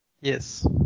Yes